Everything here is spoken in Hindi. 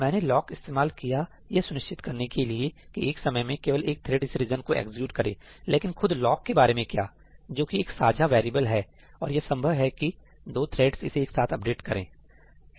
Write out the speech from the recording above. मैंने लॉक इस्तेमाल किया यह सुनिश्चित करने के लिए कि एक समय में केवल एक थ्रेड इस रीजन को एग्जीक्यूट करें लेकिन खुद लॉक के बारे में क्या जो कि एक साझा वेरिएबल है और यह संभव है कि दो थ्रेड्स इसे एक साथ अपडेट करें